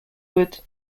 wood